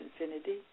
infinity